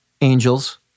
angels